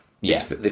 Yes